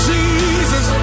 Jesus